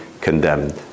condemned